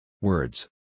Words